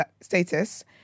status